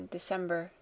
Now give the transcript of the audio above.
December